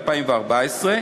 ביוני 2014,